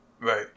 Right